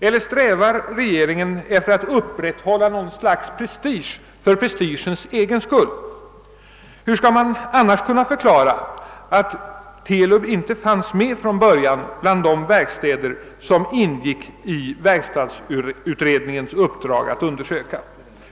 Eller strävar regeringen efter att upprätthålla något slags prestige för prestigens egen skull? Hur skall man annars kunna förklara, att TELUB inte fanns med från början bland de verkstäder, som ingick i verkstadsutredningens uppdrag att undersöka?